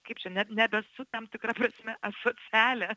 kaip čia net nebesu tam tikra prasme asocialė